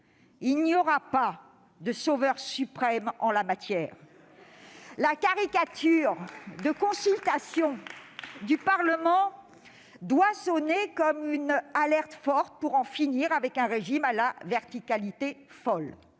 Il n'y aura pas de sauveur suprême en la matière. La caricature de consultation du Parlement doit sonner comme une alerte forte, pour en finir avec un régime à la verticalité folle.